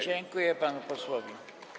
Dziękuję panu posłowi.